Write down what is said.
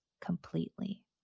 completely